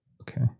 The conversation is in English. Okay